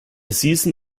season